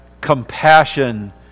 compassion